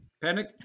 Panic